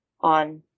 on